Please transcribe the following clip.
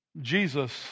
Jesus